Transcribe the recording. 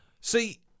See